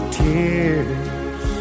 tears